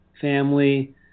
family